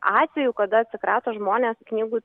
atvejų kada atsikrato žmonės knygų